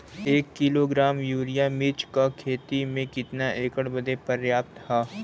एक kilogram urea मिर्च क खेती में कितना एकड़ बदे पर्याप्त ह?